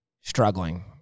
struggling